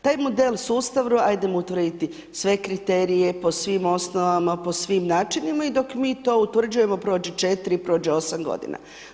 Taj model sustavno ajdemo utvrdi sve kriterije po svim osnovama, po svim načinima i dok mi to utvrđujemo prođe 4, prođe 8 godina.